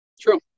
true